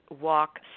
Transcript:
walk